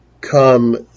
come